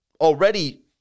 already